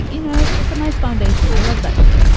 you know, look at nice foundation. i love that shit.